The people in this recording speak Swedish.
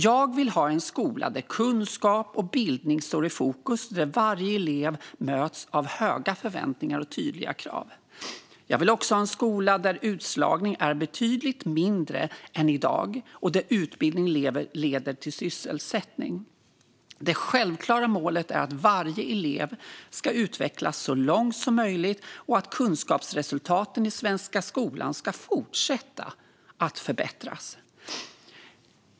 Jag vill ha en skola där kunskap och bildning står i fokus och där varje elev möts av höga förväntningar och tydliga krav. Jag vill också ha en skola där utslagningen är betydligt mindre än i dag och där utbildning leder till sysselsättning. Det självklara målet är att varje elev ska utvecklas så långt som möjligt och att kunskapsresultaten i den svenska skolan ska fortsätta att förbättras.